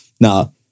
Now